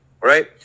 Right